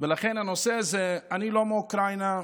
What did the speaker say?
ולכן הנושא הזה, אני לא מאוקראינה,